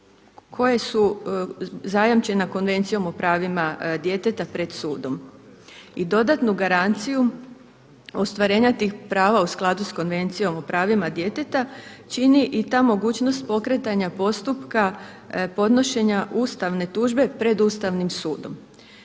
koja su zajamčena Konvencijom o pravima djeteta pred sudom i dodatnu garanciju ostvarenja tih prava u skladu sa Konvencijom o pravima djeteta čini i ta mogućnost pokretanja postupka podnošenja ustavne tužbe pred Ustavnim sudom.